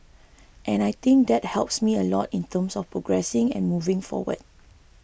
and I think that helps me a lot in terms of progressing and moving forward